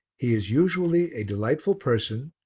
he is usually a delightful person,